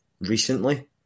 recently